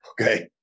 Okay